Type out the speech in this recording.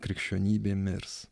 krikščionybė mirs